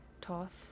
Toth